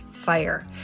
fire